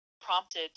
prompted